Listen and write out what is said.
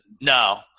No